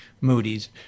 Moody's